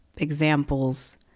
examples